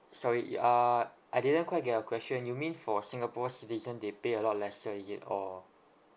sorry y~ uh I didn't quite get your question you mean for singapore citizen they pay a lot lesser is it or